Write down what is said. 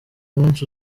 munsi